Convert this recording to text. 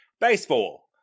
Baseball